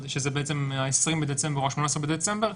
שזה ה-20 בדצמבר או ה-18 בדצמבר,